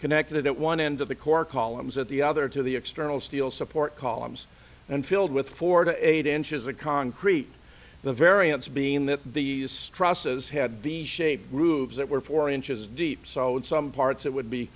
connected at one end of the core columns at the other to the external steel support columns and filled with four to eight inches of concrete the variance being that these stresses had the shape grooves that were four inches deep so in some parts it would be